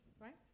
right